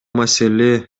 маселе